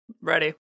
Ready